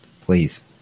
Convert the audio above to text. please